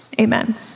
Amen